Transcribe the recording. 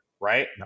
right